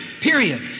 period